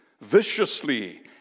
viciously